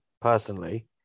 personally